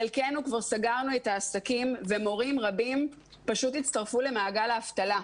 חלקינו כבר סגרנו את העסקים ומורים רבים פשוט הצטרפו למעגל האבטלה.